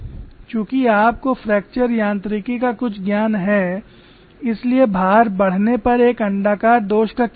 चूंकि आपको फ्रैक्चर यांत्रिकी का कुछ ज्ञान है इसलिए भार बढ़ने पर एक अण्डाकार दोष का क्या होगा